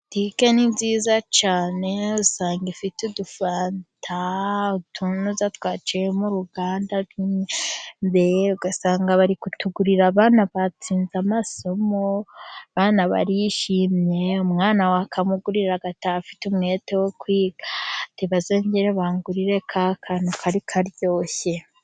Butike ni nziza cyane. Usanga ifite udufanta, utunuza twaciyemo uruganda, mbega ugasanga bari kutugurira abana batsinze amasomo, abana bari yishimye, umwana wakamugurira agataha afite umwete wo kwiga, ati "bazongere bangurire ka kantu kari karyoshye".